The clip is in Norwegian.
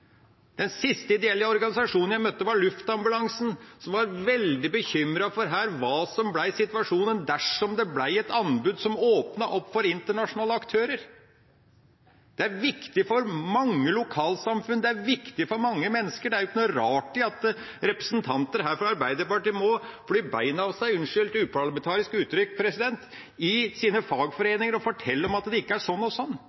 Den siste ideelle organisasjonen jeg møtte, var Luftambulansen, som var veldig bekymret for hva som ble situasjonen dersom det ble et anbud som åpnet opp for internasjonale aktører. Det er viktig for mange lokalsamfunn, det er viktig for mange mennesker. Det er ikke noe rart at representanter fra Arbeiderpartiet må fly beina av seg – unnskyld et uparlamentarisk uttrykk, president – til sine fagforeninger og fortelle at det ikke er sånn og sånn,